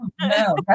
no